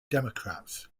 democrats